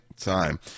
time